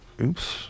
Oops